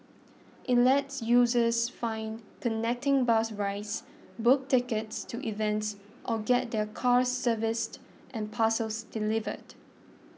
it lets users find connecting bus rides book tickets to events or get their cars serviced and parcels delivered